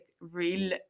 real